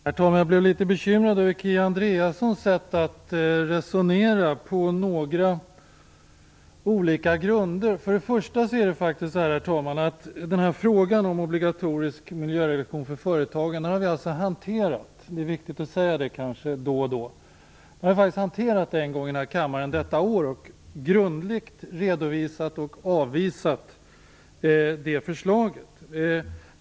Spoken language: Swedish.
Herr talman! Jag blev på olika grunder bekymrad över Kia Andreassons sätt att resonera. Vi har här i kammaren en gång tidigare i år hanterat frågan om obligatorisk miljörevision för företag, och grundligt redovisat och avvisat förslaget.